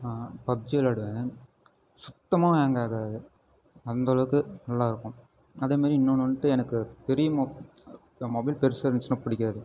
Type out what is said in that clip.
நான் பப்ஜி விளாடுவேன் சுத்தமாக ஹேங் ஆகாது அந்தளவுக்கு நல்லாயிருக்கும் அதே மாதிரி இன்னொன்னு வந்துட்டு எனக்கு பெரிய மொ இப்போ மொபைல் பெருசாக இருந்துச்சினால் பிடிக்காது